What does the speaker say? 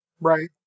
Right